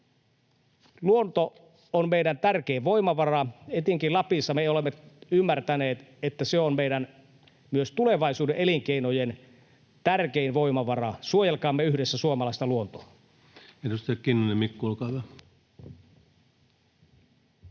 Luonto on meidän tärkein voimavara. Etenkin Lapissa me olemme ymmärtäneet, että se on myös meidän tulevaisuuden elinkeinojen tärkein voimavara. Suojelkaamme yhdessä suomalaista luontoa.